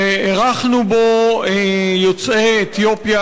ואירחנו בו יוצאי אתיופיה,